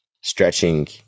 stretching –